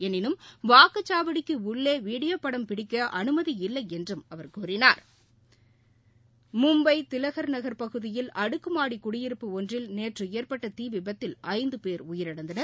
எனினும் வாக்குச்சாவடிக்கு உள்ளே வீடியோ படம் பிடிக்க அனுமதி இல்லை என்றும் அவர் கூறினார் மும்பை திலகர்நகர் பகுதியில் அடுக்குமாடி குடியிருப்பு ஒன்றில் நேற்று ஏற்பட்ட தீ விபத்தில் ஐந்து பேர் உயிரிழந்தனர்